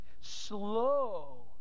Slow